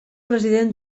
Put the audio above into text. president